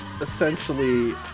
essentially